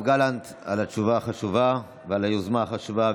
גלנט על התשובה החשובה ועל היוזמה החשובה.